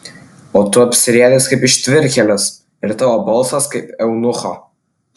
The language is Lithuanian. o tu apsirėdęs kaip ištvirkėlis ir tavo balsas kaip eunucho